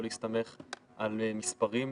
לא להסתמך על מספרים,